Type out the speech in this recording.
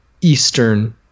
eastern